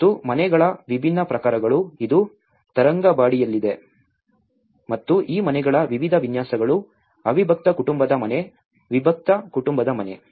ಮತ್ತು ಮನೆಗಳ ವಿಭಿನ್ನ ಪ್ರಕಾರಗಳು ಇದು ತರಂಗಂಬಾಡಿಯಲ್ಲಿದೆ ಮತ್ತು ಈ ಮನೆಗಳ ವಿವಿಧ ವಿನ್ಯಾಸಗಳು ಅವಿಭಕ್ತ ಕುಟುಂಬದ ಮನೆ ವಿಭಕ್ತ ಕುಟುಂಬದ ಮನೆ